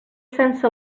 sense